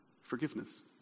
Forgiveness